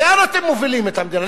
לאן אתם מובילים את המדינה?